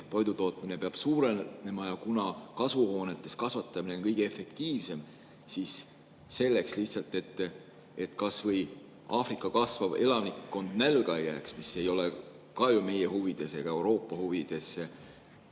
toidutootmine suurenema ja kuna kasvuhoonetes kasvatamine on kõige efektiivsem, siis lihtsalt selleks, et kas või Aafrika kasvav elanikkond nälga ei jääks, mis ei ole ka ju meie huvides ega Euroopa huvides,